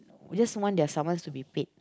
just want their summons to be paid